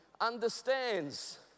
understands